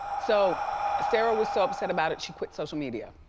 so sarah was so upset about it, she quit social media.